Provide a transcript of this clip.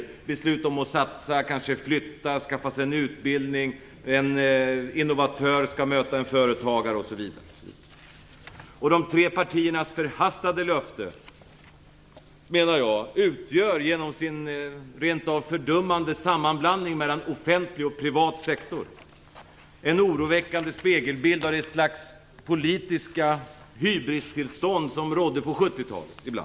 Det kan vara beslut om att satsa, kanske flytta eller skaffa en utbildning, en innovatör skall möta en företagare osv. De tre partiernas förhastade löfte utgör, menar jag, genom sin rent av fördummande sammanblandning mellan offentlig och privat sektor en oroväckande spegelbild av det slags politiska hybristillstånd som ibland rådde på 70-talet.